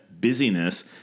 busyness